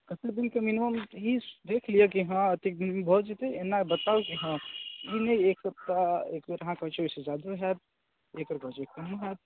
कतेक दिनके मिनिमम ई देख लिअ कि हँ ई एतेक दिनमे भऽ जेतै हँ एना बताउ कि हँ ई नहि एक सप्ताह एक बेर अहाँ कहैत छियै ओहिसँ जादो होयत एक बेर कहैत छियै कमो होयत